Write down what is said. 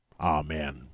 Amen